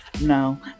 No